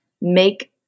make